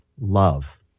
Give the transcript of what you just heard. love